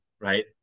right